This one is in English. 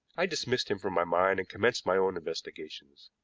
i dismissed him from my mind and commenced my own investigations.